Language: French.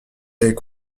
est